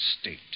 state